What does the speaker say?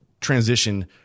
transition